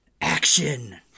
action